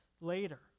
later